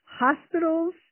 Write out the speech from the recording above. hospitals